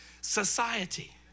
society